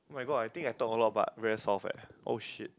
[oh]-my-god I think I talk a lot but very soft eh oh shit